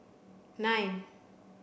nine